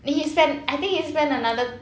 then he spent I think he spent another